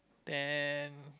then